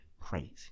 crazy